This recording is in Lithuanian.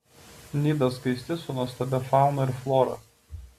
nida skaisti su nuostabia fauna ir flora